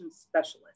specialist